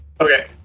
Okay